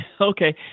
Okay